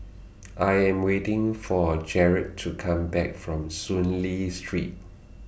I Am waiting For Jarett to Come Back from Soon Lee Street